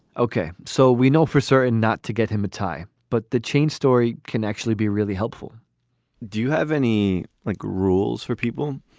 ok. so we know for certain not to get him a tie, but the chain story can actually be really helpful do you have any like rules for people?